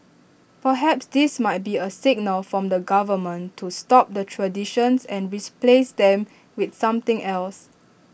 perhaps this might be A signal from the government to stop the traditions and replace them with something else